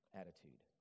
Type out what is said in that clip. attitude